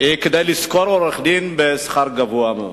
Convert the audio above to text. לשכור עורך-דין בשכר גבוה מאוד.